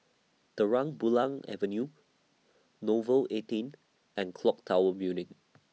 Terang Bulan Avenue Nouvel eighteen and Clock Tower Building